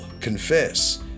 confess